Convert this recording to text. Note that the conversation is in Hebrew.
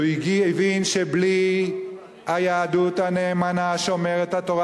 זה שהוא הבין שבלי היהדות הנאמנה שומרת התורה